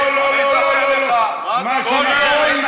לא, לא לא לא, מה שנכון נכון.